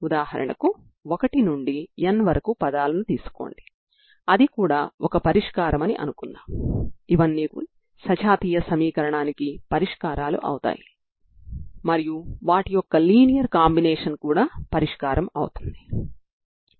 కాబట్టి ఒకటవ ప్రారంభ నియమం ux0f ని ఉపయోగించడం వల్ల మనం n0Ancos 2n1πx2L f ని పొందుతాముసరేనా